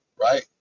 right